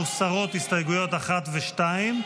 מוסרות הסתייגויות 1 ו-2,